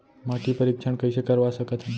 माटी परीक्षण कइसे करवा सकत हन?